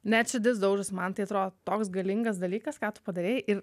net širdis daužosi man tai atrodo toks galingas dalykas ką tu padarei ir